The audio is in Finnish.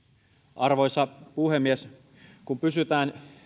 arvoisa puhemies kun pysytään